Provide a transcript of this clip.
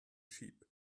sheep